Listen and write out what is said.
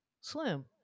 Slim